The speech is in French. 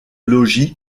logis